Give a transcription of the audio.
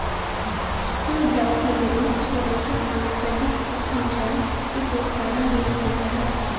Fulbright Nehru fellowship सांस्कृतिक उद्यमिता के प्रोत्साहन हेतु मिलता है